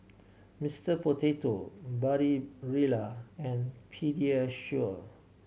Mister Potato Barilla and Pediasure